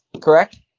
correct